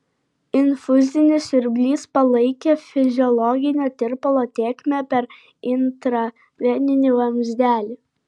infuzinis siurblys palaikė fiziologinio tirpalo tėkmę per intraveninį vamzdelį